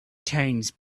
turns